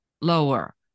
lower